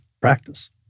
practice